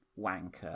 Wanker